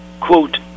quote